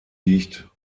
liegt